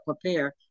prepare